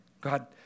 God